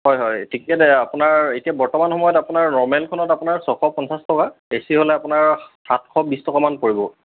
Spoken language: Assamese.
হয় হয় ঠিকে দেই আপোনাৰ এতিয়া বৰ্তমান সময়ত আপোনাৰ নৰ্মেলখনত আপোনাৰ ছশ পঞ্চাছ টকা এ চি হ'লে আপোনাৰ সাতশ বিছ টকামান পৰিব